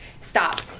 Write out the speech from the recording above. stop